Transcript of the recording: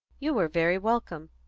you were very welcome.